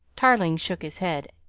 tarling shook his head.